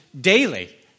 daily